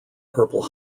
purple